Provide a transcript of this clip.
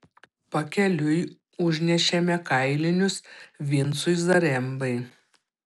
pakeliui užnešėme kailinius vincui zarembai